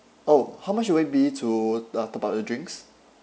oh how much will it be to uh top up the drinks